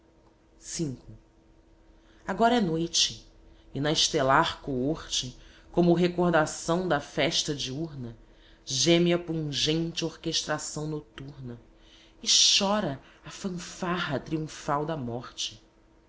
ruinarias agora é noite e na estelar coorte como recordação da festa diurna geme a pungente orquestração noturna e chora a fanfarra triunfal da morte